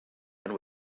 and